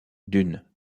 dunn